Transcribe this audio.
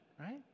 right